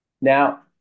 Now